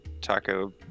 taco